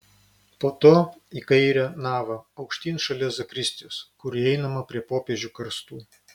po to į kairę navą aukštyn šalia zakristijos kur įeinama prie popiežių karstų